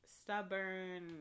stubborn